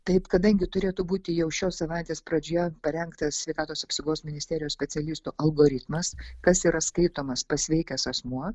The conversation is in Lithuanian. taip kadangi turėtų būti jau šios savaitės pradžioje parengtas sveikatos apsaugos ministerijos specialistų algoritmas kas yra skaitomas pasveikęs asmuo